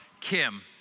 Kim